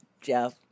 Jeff